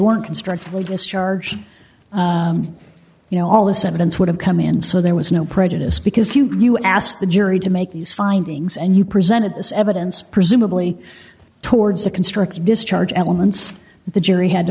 weren't constructively discharged you know all this evidence would have come in so there was no prejudice because you you asked the jury to make these findings and you presented this evidence presumably towards the constricted discharge elements that the jury had to